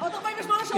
עוד 48 שעות אתה איתנו.